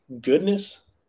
goodness